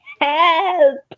help